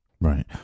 Right